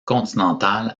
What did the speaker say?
continental